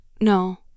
no